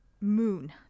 moon